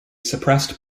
suppressed